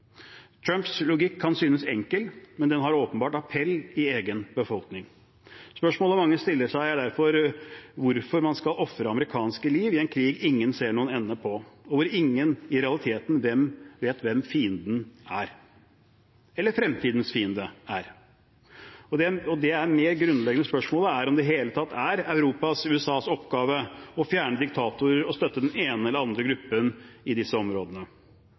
Trumps logikk kan synes enkel, men den har åpenbart appell i egen befolkning. Spørsmålet mange stiller seg, er derfor hvorfor man skal ofre amerikanske liv i en krig ingen ser noen ende på, og hvor ingen i realiteten vet hvem fienden er – eller hvem fremtidens fiende er. Det grunnleggende spørsmålet er om det i det hele tatt er Europas og USAs oppgave å fjerne diktatorer og støtte den ene eller andre gruppen i disse områdene.